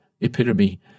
epitome